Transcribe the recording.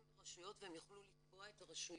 ברשויות והם יוכלו לתבוע את הרשויות,